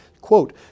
quote